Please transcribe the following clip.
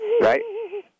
right